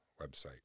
website